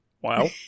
Wow